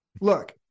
Look